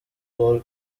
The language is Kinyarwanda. paul